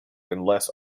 unless